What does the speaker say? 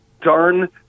darn